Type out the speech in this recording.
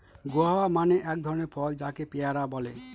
guava মানে এক ধরনের ফল যাকে পেয়ারা বলে